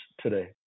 today